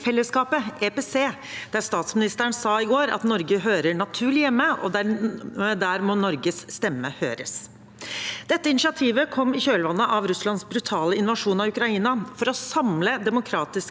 fellesskapet, EPC, der statsministeren i går sa at Norge hører naturlig hjemme, og at der må Norges stemme høres. Dette initiativet kom i kjølvannet av Russlands brutale invasjon av Ukraina for å samle demokratiske